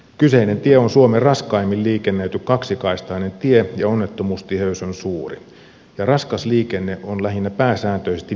kyseinen tie on suomen raskaimmin liikennöity kaksikaistainen tie ja onnettomuustiheys on suuri ja raskas liikenne on pääsääntöisesti lähinnä vientiliikennettä